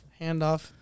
handoff